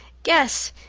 guess.